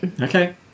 okay